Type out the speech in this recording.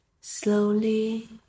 slowly